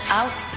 out